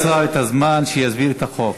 הזמן שיסביר את החוק.